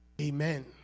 amen